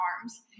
arms